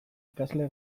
ikasle